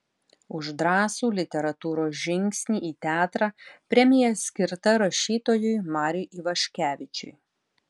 už drąsų literatūros žingsnį į teatrą premija skirta rašytojui mariui ivaškevičiui